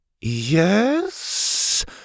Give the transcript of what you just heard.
Yes